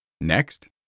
Next